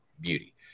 beauty